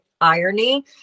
irony